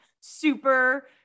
super